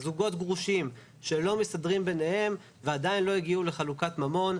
זוגות גרושים שלא מסתדרים ביניהם ועדיין לא הגיעו לחלוקת ממון.